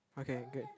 okay good